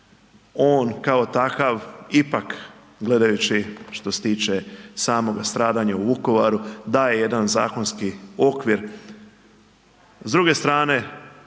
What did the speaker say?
on kao takav ipak gledajući što se tiče samoga stradanja u Vukovaru daje jedan zakonski okvir.